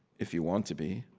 if you want to be.